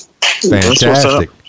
Fantastic